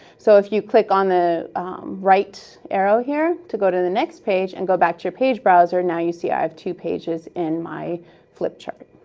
so if you click on the right arrow here to go to the next page and go back to your page browser, now you see i have two pages in my flip chart.